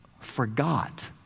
forgot